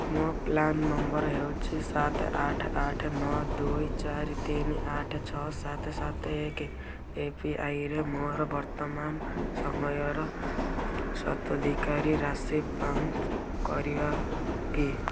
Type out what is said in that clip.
ମୋ plan number ହେଉଛି ସାତ ଆଠ ଆଠ ନଅ ଦୁଇ ଚାରି ତିନି ଆଠ ଛଅ ସାତ ସାତ ଏକ ଏପିଆଇରେ ମୋର ବର୍ତ୍ତମାନ ସମୟର ସ୍ୱତ୍ୱାଧିକାରି ରାଶି ଯାଞ୍ଚ କରିବା କି